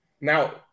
Now